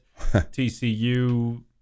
TCU